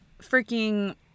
freaking